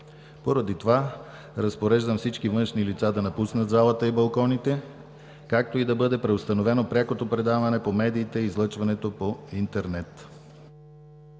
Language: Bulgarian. Поради това разпореждам всички външни лица да напуснат залата и балконите, както и да бъде преустановено прякото предаване по медиите и излъчването по интернет.